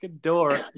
door